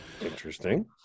interesting